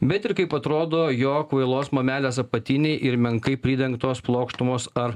bet ir kaip atrodo jo kvailos mamelės apatiniai ir menkai pridengtos plokštumos ar